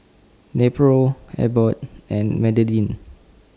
Nepro Abbott and Betadine